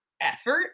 effort